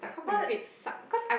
what